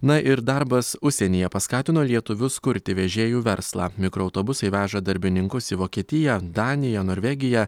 na ir darbas užsienyje paskatino lietuvius kurti vežėjų verslą mikroautobusai veža darbininkus į vokietiją daniją norvegiją